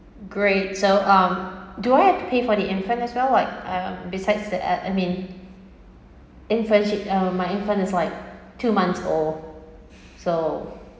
great so um do I have to pay for the infant as well like um besides that I I mean infant is like two months old so